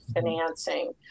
financing